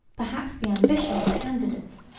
perhaps the ambitious, candidates,